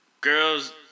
Girls